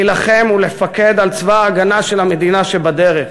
להילחם ולפקד על צבא ההגנה של המדינה שבדרך.